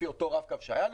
לפי אותו רב-קו שהיה לו,